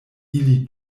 ili